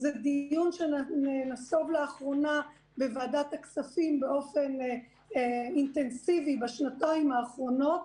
זה דיון שהיה בוועדת הכספים באופן אינטנסיבי בשנתיים האחרונות,